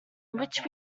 which